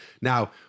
Now